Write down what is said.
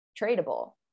tradable